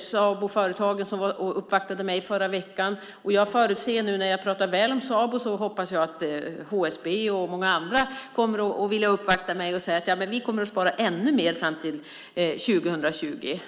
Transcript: Saboföretagen uppvaktade mig förra veckan, och när jag nu pratar väl om Sabo hoppas jag att HSB och många andra också kommer att vilja uppvakta mig och säga att de ska spara ännu mer fram till 2020.